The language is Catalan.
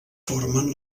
formen